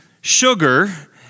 sugar